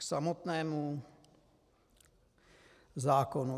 K samotnému zákonu.